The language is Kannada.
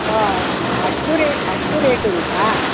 ಹಾಂ ಅಷ್ಟು ರೇ ಅಷ್ಟು ರೇಟ್ ಉಂಟ